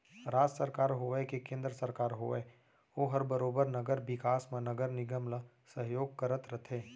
राज सरकार होवय के केन्द्र सरकार होवय ओहर बरोबर नगर बिकास म नगर निगम ल सहयोग करत रथे